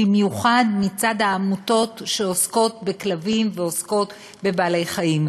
במיוחד מצד העמותות שעוסקות בכלבים ועוסקות בבעלי-חיים.